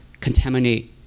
contaminate